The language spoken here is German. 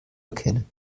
erkennen